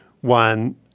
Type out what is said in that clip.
one